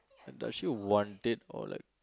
does she want it or like